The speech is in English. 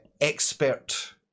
expert